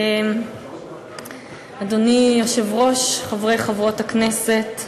אדוני היושב-ראש, חברי וחברות הכנסת,